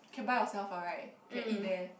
can buy yourself what right can eat there